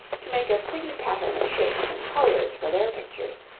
to make a pretty pattern of shapes and colours for their pictures.